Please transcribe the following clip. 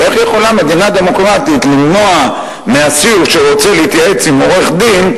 איך יכולה מדינה דמוקרטית למנוע מאסיר שרוצה להתייעץ עם עורך-דין,